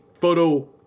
photo